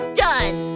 done